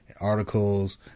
articles